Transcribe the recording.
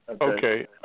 Okay